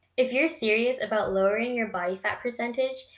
if you're serious about lowering your body fat percentage,